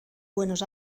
buenos